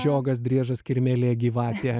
žiogas driežas kirmėlė gyvatė